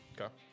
okay